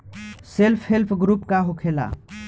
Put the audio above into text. Self help group का होखेला?